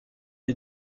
est